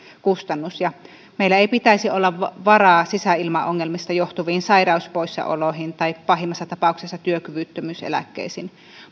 kustannus meillä ei pitäisi olla varaa sisäilmaongelmista johtuviin sairauspoissaoloihin tai pahimmassa tapauksessa työkyvyttömyyseläkkeisiin